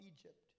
Egypt